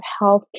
healthcare